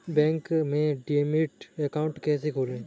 Bank में demat account कैसे खोलें?